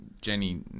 Jenny